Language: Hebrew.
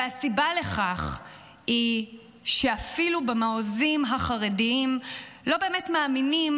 הסיבה לכך היא שאפילו במעוזים החרדיים לא באמת מאמינים